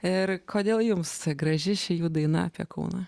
ir kodėl jums graži ši jų daina apie kauną